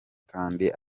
kandi